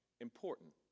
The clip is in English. important